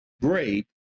great